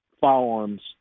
firearms